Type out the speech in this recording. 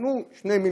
תנו 2 מיליארד,